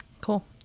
Cool